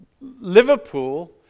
Liverpool